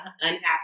unhappy